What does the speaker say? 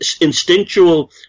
instinctual